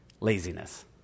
Laziness